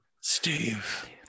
Steve